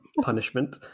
punishment